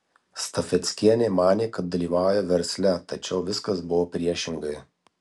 stafeckienė manė kad dalyvauja versle tačiau viskas buvo priešingai